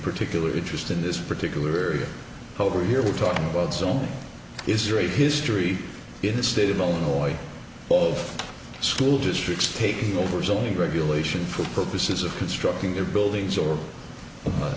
particular interest in this particular area over here we're talking about zone is there a history in the state of illinois of school districts taking over zoning regulation for purposes of constructing their buildings or